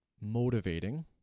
motivating